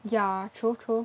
ya true true